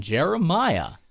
Jeremiah